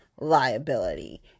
liability